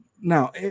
Now